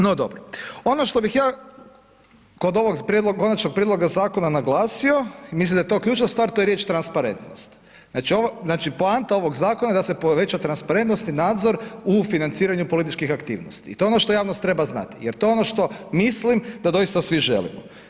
No dobro, ono što bih ja kod ovog Konačnog prijedloga zakona naglasio, mislim da je to ključna stvar, to je riječ transparentnost, znači, poanta ovog zakona je da se poveća transparentnost i nadzor u financiranju političkih aktivnosti i to je ono što javnost treba znati jer to je ono što mislim da doista svi želimo.